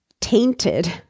tainted